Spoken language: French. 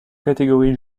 catégorie